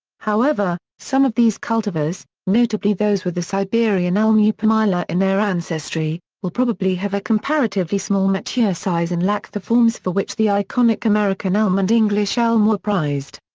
however, some of these cultivars, notably those with the siberian elm u. pumila in their ancestry, will probably have a comparatively small mature size and lack the forms for which the iconic american elm and english elm were prized.